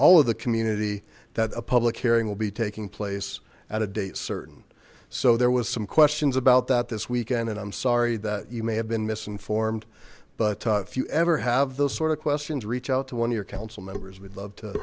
all of the community that a public hearing will be taking place at a date certain so there was some questions about that this weekend and i'm sorry that you may have been misinformed but if you ever have those sort of questions reach out to one of your councilmembers we'd love to